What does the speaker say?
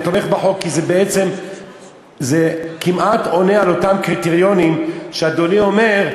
אני תומך בחוק כי זה בעצם כמעט עונה על אותם קריטריונים שאדוני אומר,